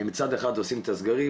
מצד אחד עושים את הסגרים,